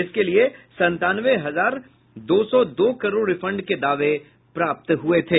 इसके लिए संतानवे हजार दो सौ दो करोड़ रिफंड के दावे प्राप्त हुए थे